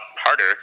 harder